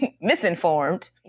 misinformed